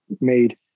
made